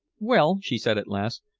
well, she said at last,